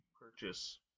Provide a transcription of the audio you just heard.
purchase